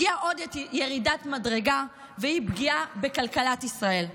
הגיעה עוד ירידת מדרגה, והיא פגיעה בכלכלת ישראל.